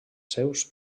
seus